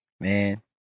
Man